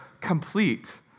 complete